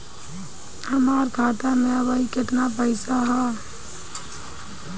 हमार खाता मे अबही केतना पैसा ह?